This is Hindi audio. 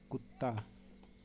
कुत्ता